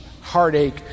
heartache